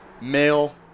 male